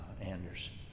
Anderson